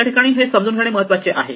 या ठिकाणी हे समजून घेणे महत्त्वाचे आहे